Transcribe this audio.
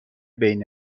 بین